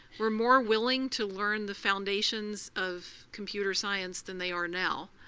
were more willing to learn the foundations of computer science than they are now,